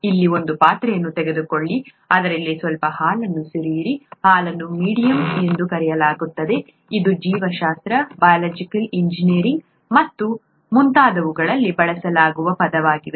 ಇಲ್ಲಿ ಒಂದು ಪಾತ್ರೆಯನ್ನು ತೆಗೆದುಕೊಳ್ಳಿ ಅದರಲ್ಲಿ ಸ್ವಲ್ಪ ಹಾಲನ್ನು ಸುರಿಯಿರಿ ಹಾಲನ್ನು ಮೀಡಿಯಂ ಎಂದು ಕರೆಯಲಾಗುತ್ತದೆ ಇದು ಜೀವಶಾಸ್ತ್ರ ಬಯೋಲಾಜಿಕಲ್ ಎಂಜಿನಿಯರಿಂಗ್ ಮತ್ತು ಮುಂತಾದವುಗಳಲ್ಲಿ ಬಳಸಲಾಗುವ ಪದವಾಗಿದೆ